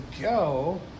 go